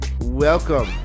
welcome